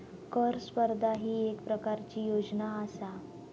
कर स्पर्धा ही येक प्रकारची योजना आसा